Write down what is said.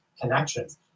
connections